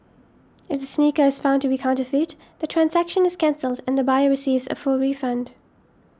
if the sneaker is found to be counterfeit the transaction is cancelled and the buyer receives a full refund